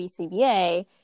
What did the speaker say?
BCBA